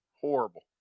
horrible